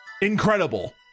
incredible